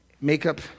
makeup